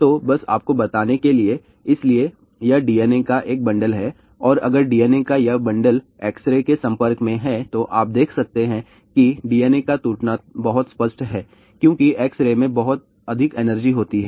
तो बस आपको बताने के लिए इसलिए यह DNA का एक बंडल है और अगर DNA का यह बंडल एक्स रे के संपर्क में है तो आप देख सकते हैं कि DNA का टूटना बहुत स्पष्ट है क्योंकि एक्स रे में बहुत अधिक एनर्जी होती है